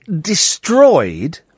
destroyed